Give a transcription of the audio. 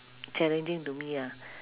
challenging to me ah